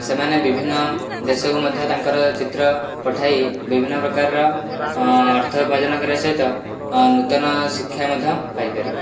ସେମାନେ ବିଭିନ୍ନ ଦେଶକୁ ମଧ୍ୟ ତାଙ୍କର ଚିତ୍ର ପଠାଇ ବିଭିନ୍ନ ପ୍ରକାରର ଅର୍ଥ ଉର୍ପାଜନ କରିବା ସହିତ ନୂତନ ଶିକ୍ଷା ମଧ୍ୟ ପାଇପାରିବେ